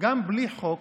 גם בלי חוק,